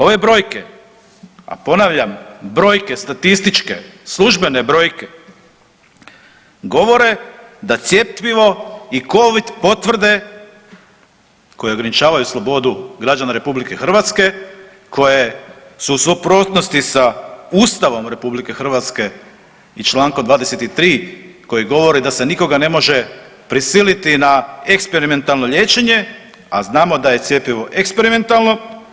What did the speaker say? Ove brojke, a ponavljam, brojke statističke, službene brojke govore da cjepivo i covid potvrde koje ograničavaju slobodu građana RH koje su u suprotnosti sa Ustavom RH i Člankom 23. koji govori da se nikoga ne može prisiliti na eksperimentalno liječenje, a znamo da je cjepivo eksperimentalno.